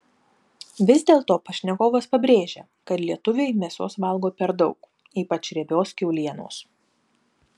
vis dėlto pašnekovas pabrėžia kad lietuviai mėsos valgo per daug ypač riebios kiaulienos